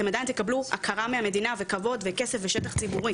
אתם עדיין תקבלו הכרה מהמדינה וכבוד וכסף ושטח ציבורי.